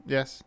Yes